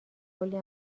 کلی